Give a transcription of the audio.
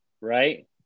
right